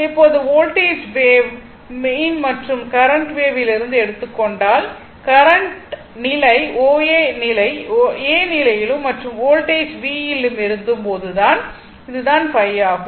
இப்போது voltage wave ஐ மீன் மற்றும் கரண்ட் வேவ் லிருந்து எடுத்துக் கொண்டால் கரண்ட் நிலை O A நிலை A யிலும் மற்றும் வோல்டேஜ் V யில் இருக்கும் போது இது தான் ϕ ஆகும்